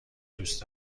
دوست